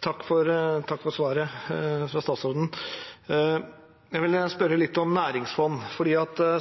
Takk for svaret fra statsråden. Jeg vil spørre litt om næringsfond, for